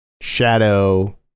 Shadow